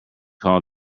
call